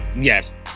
yes